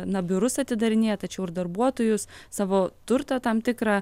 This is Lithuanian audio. na biurus atidarinėja tačiau ir darbuotojus savo turtą tam tikrą